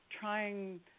trying